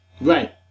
Right